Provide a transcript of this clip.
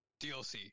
DLC